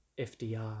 FDR